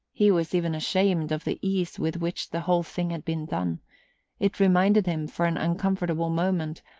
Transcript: he was even ashamed of the ease with which the whole thing had been done it reminded him, for an uncomfortable moment,